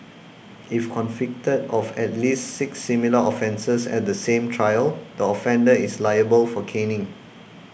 if convicted of at least six similar offences at the same trial the offender is liable for caning